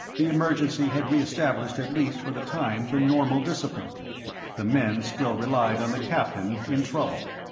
the emergency had reestablished at least for the time the normal discipline the men still relied on the captain in trouble.